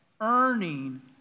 earning